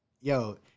yo